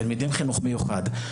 תלמידים מחינוך מיוחד.